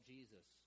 Jesus